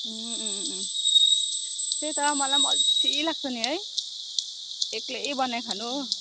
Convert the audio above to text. त्यही त मलाई पनि अल्छी नि है एक्लै बनाइखानु हो